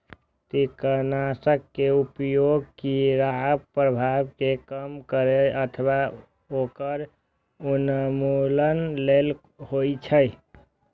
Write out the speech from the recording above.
कीटनाशक के उपयोग कीड़ाक प्रभाव कें कम करै अथवा ओकर उन्मूलन लेल होइ छै